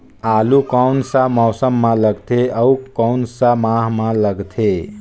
आलू कोन सा मौसम मां लगथे अउ कोन सा माह मां लगथे?